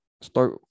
start